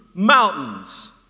mountains